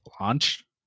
launch